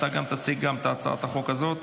אני מבין שאתה גם תציג את הצעת החוק הזאת.